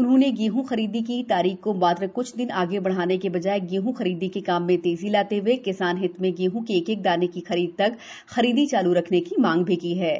उन्होंने गेहं खरीदी की तारीख को मात्र क्छ दिन आगे बढ़ाने की बजाय गेहँ ख़रीदी के काम में तेज़ी लाते हए किसान हित में गेहं के एक एक दाने की खरीद तक खरीदी चालू रखने की भी मांग की है